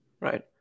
right